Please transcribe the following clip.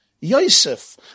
Yosef